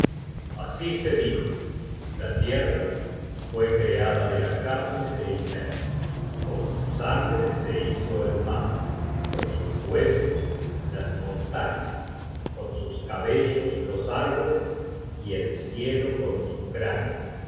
así se dijo la tierra fue creada de la carne de ymer con su sangre se hizo el mar con sus huesos las montañas con sus cabellos los árboles y el cielo con su cráneo